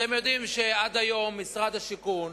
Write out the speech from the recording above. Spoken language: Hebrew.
אתם יודעים שעד היום משרד השיכון